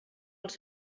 els